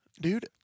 Dude